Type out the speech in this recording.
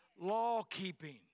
law-keeping